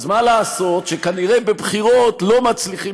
אז מה לעשות שכנראה בבחירות לא מצליחים